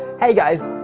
hey guys,